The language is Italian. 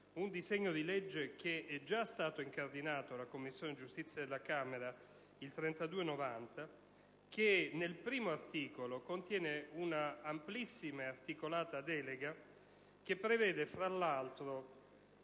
un disegno di legge, il n. 3290, che è già stato incardinato dalla Commissione giustizia della Camera, che nel primo articolo contiene una amplissima e articolata delega che prevede fra l'altro,